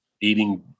eating